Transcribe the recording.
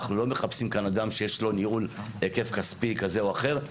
אנחנו לא מחפשים כאן אדם שיש לו ניהול בהיקף כספי כזה או אחר.